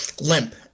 limp